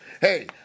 Hey